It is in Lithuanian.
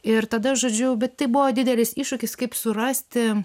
ir tada žodžiu bet tai buvo didelis iššūkis kaip surasti